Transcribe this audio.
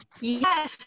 Yes